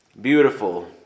Beautiful